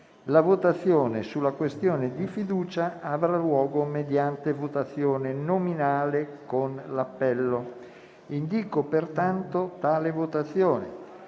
la votazione sulla questione di fiducia avrà luogo mediante votazione nominale con appello. Ciascun senatore voterà